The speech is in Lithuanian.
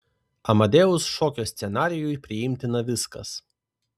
amadeus šokio scenarijui priimtina viskas